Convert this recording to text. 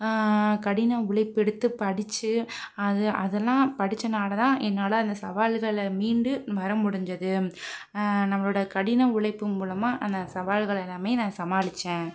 கடின உழைப்பு எடுத்து படிச்சு அது அதெலாம் படிச்சனால் தான் என்னால் அந்த சவால்களை மீண்டு வர முடிஞ்சது நம்மளோட கடின உழைப்பு மூலமாக நான் சவால்கள் எல்லாமே நான் சமாளித்தேன்